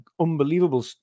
unbelievable